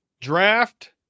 Draft